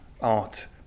art